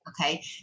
Okay